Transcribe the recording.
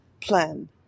Plan